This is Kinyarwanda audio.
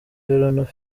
naho